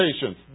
patience